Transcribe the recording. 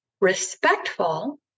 respectful